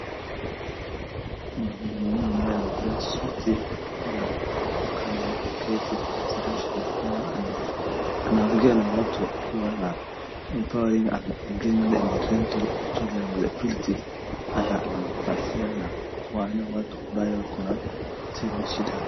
Mwanaume ambaye amevaa suti na kuweka kando yake kise conference akiwa anaongea na watu akiwa na empowering and including children with disabilities . Haya anapatia kuwa na watu ambayo wako na shida.